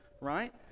right